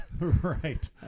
Right